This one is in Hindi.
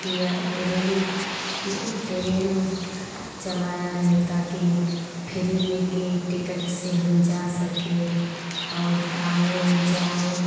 किया ट्रेन वह ट्रेन चलाया है ताकि फ्री में कि टिकट से हम जा सकें और आएँ जाएँ